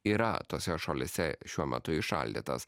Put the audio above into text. yra tose šalyse šiuo metu įšaldytas